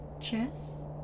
Chess